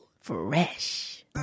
Fresh